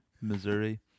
Missouri